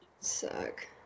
Suck